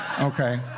Okay